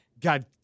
God